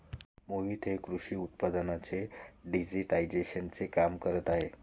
मोहित हे कृषी उत्पादनांच्या डिजिटायझेशनचे काम करत आहेत